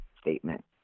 statement